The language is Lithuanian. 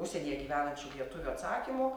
užsienyje gyvenančių lietuvių atsakymų